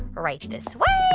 right this way.